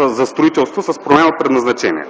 за строителство, с променено предназначение.